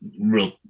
real